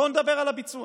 בואו נדבר על הביצוע.